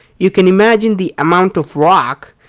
you can imagine the amount of rock,